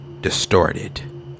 distorted